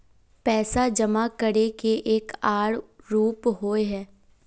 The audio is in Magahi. पैसा जमा करे के एक आर रूप होय है?